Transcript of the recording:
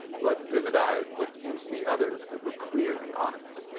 blood's vivid eyes looked into the other's that were clear and honest,